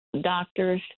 doctors